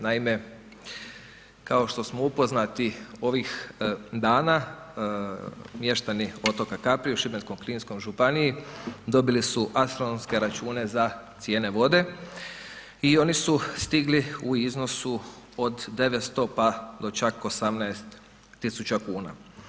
Naime, kao što smo upoznati ovih dana, mještani otoka Kaprije u Šibensko-kninskoj županiji dobili su astronomske račune za cijene vode i oni su stigli u iznosu od 900 pa do čak 18 tisuća kuna.